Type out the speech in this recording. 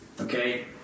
Okay